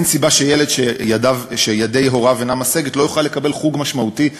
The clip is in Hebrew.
אין סיבה שילד שיד הוריו אינה משגת לא יוכל לקבל חוג משמעותי.